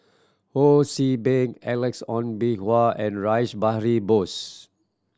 Ho See Beng Alex Ong Boon Hau and Rash Behari Bose